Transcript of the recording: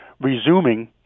resuming